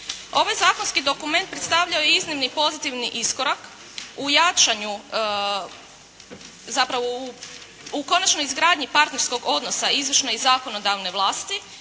Ovaj zakonski dokument predstavljao je iznimni pozitivni iskorak u jačanju zapravo u konačnoj izgradnji partnerskog odnosa izvršne i zakonodavne vlasti